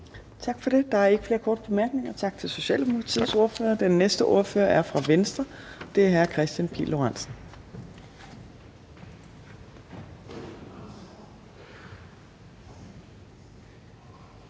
Tak for det. Der er ikke flere korte bemærkninger. Tak til den socialdemokratiske ordfører. Den næste ordfører er fru Anni Matthiesen fra Venstre.